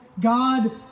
God